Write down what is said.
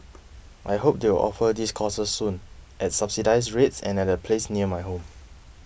I hope they will offer these courses soon at subsidised rates and at a place near my home